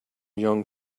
young